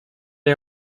est